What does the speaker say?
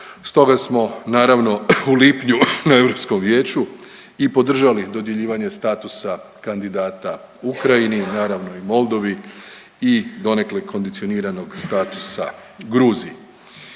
Stoga smo naravno u lipnju na Europskom vijeću i podržali dodjeljivanje statusa kandidata Ukrajini, naravno i Moldovi i donekle kondicioniranog statusa Gruziji.